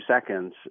seconds